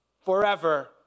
forever